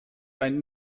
ein